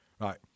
Right